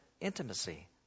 intimacy